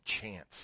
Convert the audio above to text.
chance